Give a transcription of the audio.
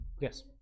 Yes